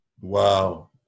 Wow